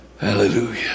Hallelujah